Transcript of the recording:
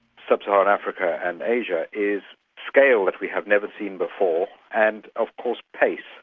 sub-saharan africa and asia is scale that we have never seen before and of course pace.